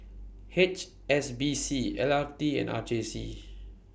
H S B C L R T and R J C